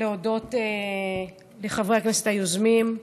אני רוצה להודות לחברי הכנסת היוזמים,